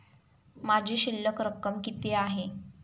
माझी शिल्लक रक्कम किती आहे?